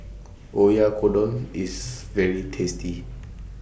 Oyakodon IS very tasty